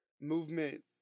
movement